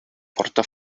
porta